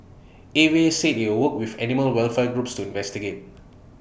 A V A said IT would work with animal welfare groups to investigate